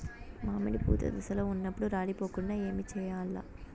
మామిడి పూత దశలో ఉన్నప్పుడు రాలిపోకుండ ఏమిచేయాల్ల?